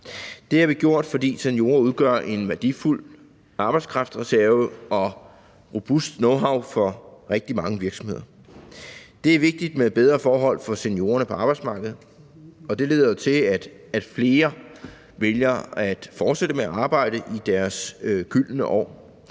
Det har vi gjort, fordi seniorer udgør en værdifuld arbejdskraftreserve og robust knowhow for rigtig mange virksomheder. Det er vigtigt med bedre forhold for seniorerne på arbejdsmarkedet, og det leder jo til, at flere vælger at fortsætte med at arbejde i deres gyldne år,